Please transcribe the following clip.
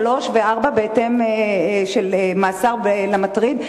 שלוש וארבע שנות מאסר למטריד,